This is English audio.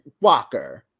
Walker